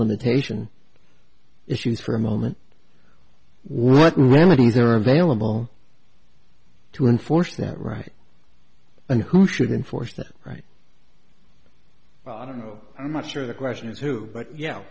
limitation issues for a moment what remedies are available to enforce that right and who shouldn't force that right but i don't know i'm not sure the question is who but yeah